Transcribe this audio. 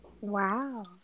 Wow